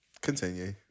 continue